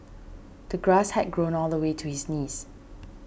the grass had grown all the way to his knees